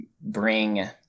bring